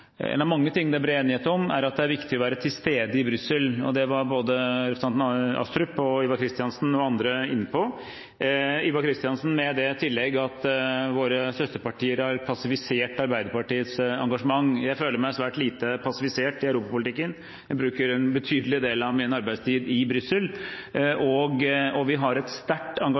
en av de ting det er bred enighet om – det er mange ting det er bred enighet om – er at det er viktig å være til stede i Brussel. Det var både representanten Astrup, representanten Kristiansen og andre inne på – Ivar Kristiansen med det tillegg at våre søsterpartier har passivisert Arbeiderpartiets engasjement. Jeg føler meg svært lite passivisert i europapolitikken, jeg bruker en betydelig del av min arbeidstid i Brussel, og vi har allerede et sterkt